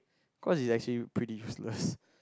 cause it's actually